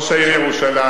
ראש העיר ירושלים,